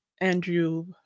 Andrew